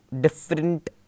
different